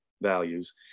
values